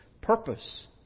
purpose